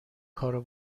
کارو